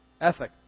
ethic